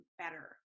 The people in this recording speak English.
better